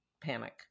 panic